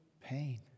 pain